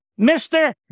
Mr